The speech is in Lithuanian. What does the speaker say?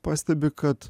pastebi kad